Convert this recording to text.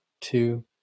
Two